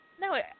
No